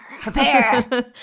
Prepare